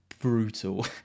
brutal